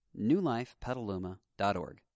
newlifepetaluma.org